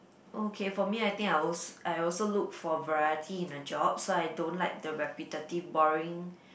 okay for me I think I will als~ I will also look for variety in the job so I don't like the repetitive boring